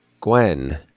Gwen